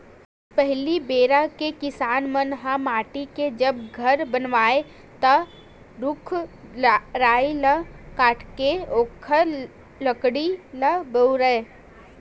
पहिली बेरा के किसान मन ह माटी के जब घर बनावय ता रूख राई ल काटके ओखर लकड़ी ल बउरय